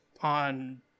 on